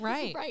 Right